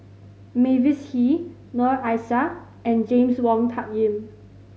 Mavis Hee Noor Aishah and James Wong Tuck Yim